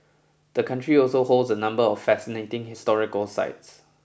the country also holds a number of fascinating historical sites